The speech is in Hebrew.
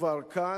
כבר כאן,